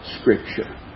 Scripture